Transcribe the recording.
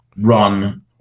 run